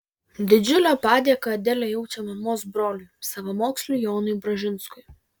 didžiulę padėką adelė jaučia mamos broliui savamoksliui jonui bražinskui